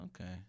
Okay